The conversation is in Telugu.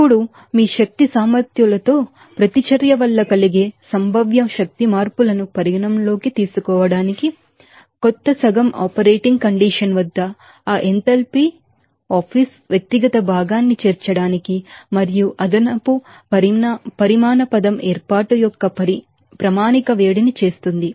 ఇప్పుడు ఎనర్జీ బాలన్స్ లో ప్రతిచర్య వల్ల కలిగే పొస్సిబ్లె ఎనర్జీ చేంజెస్ను పరిగణనలోకి తీసుకోవడానికి కొత్త సగం ఆపరేటింగ్ కండిషన్ వద్ద ఆ ఎంథాల్పీ అపీస్ వ్యక్తిగత భాగాన్ని చేర్చడానికి మరియు అదనపు క్వాంటిటీ టర్మ్ ఏర్పాటు యొక్క స్టాండర్డ్ హీట్ ని చేస్తుంది